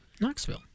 Knoxville